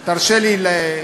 הם כבר שם, יוסי.